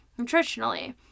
nutritionally